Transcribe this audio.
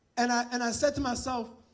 and i and i said to myself,